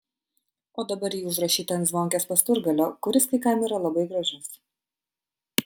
o dabar ji užrašyta ant zvonkės pasturgalio kuris kai kam yra labai gražus